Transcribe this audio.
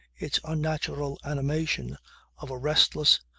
its unnatural animation of a restless,